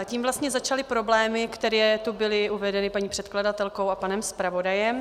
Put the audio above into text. Tím vlastně začaly problémy, které tu byly uvedeny paní předkladatelkou a panem zpravodajem.